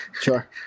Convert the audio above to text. Sure